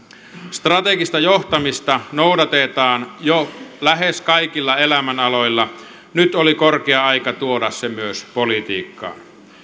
strategista johtamista noudatetaan jo lähes kaikilla elämänaloilla nyt oli korkea aika tuoda se myös politiikkaan